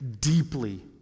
deeply